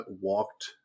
walked